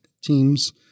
teams